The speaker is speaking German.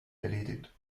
erledigt